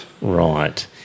Right